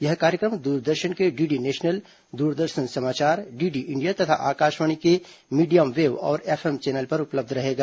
यह कार्यक्रम दूरदर्शन के डीडी नेशनल दूरदर्शन समाचार डीडी इंडिया तथा आकाशवाणी के मीडियम वेव और एफएम चैनल पर उपलब्ध रहेगा